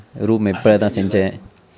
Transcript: I actually didn't realise you know